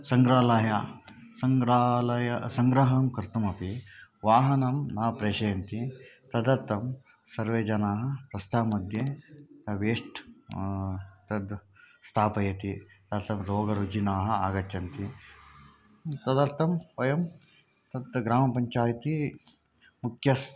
सङ्ग्रहालयः सङ्ग्रहालयः सङ्ग्रहं कर्तुमपि वाहनं न प्रेषयन्ति तदर्थं सर्वे जनाः रस्तामध्ये वेस्ट् तद् स्थापयन्ति तदर्थं रोगरुग्णाः आगच्छन्ति तदर्थं वयं तत् ग्रामपञ्चायति मुख्यस्